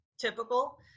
typical